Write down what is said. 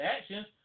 actions